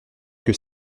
que